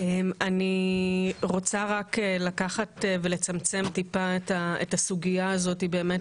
אני רוצה רק לקחת ולצמצם קצת את הסוגיה הזאת באמת